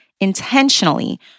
intentionally